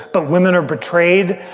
but women are betrayed.